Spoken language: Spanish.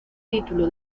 título